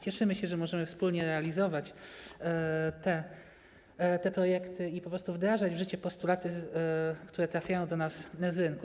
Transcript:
Cieszymy się, że możemy wspólnie realizować te projekty i po prostu wdrażać w życie postulaty, które trafiają do nas z rynku.